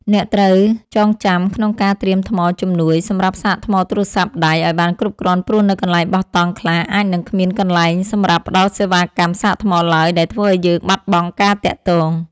អ្នកត្រូវតែចងចាំក្នុងការត្រៀមថ្មជំនួយសម្រាប់សាកទូរស័ព្ទដៃឱ្យបានគ្រប់គ្រាន់ព្រោះនៅកន្លែងបោះតង់ខ្លះអាចនឹងគ្មានកន្លែងសម្រាប់ផ្តល់សេវាកម្មសាកថ្មឡើយដែលធ្វើឱ្យយើងបាត់បង់ការទាក់ទង។